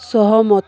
ସହମତ